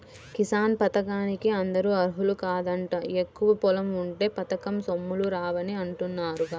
కిసాన్ పథకానికి అందరూ అర్హులు కాదంట, ఎక్కువ పొలం ఉంటే పథకం సొమ్ములు రావని అంటున్నారుగా